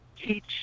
teach